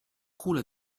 culla